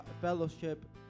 fellowship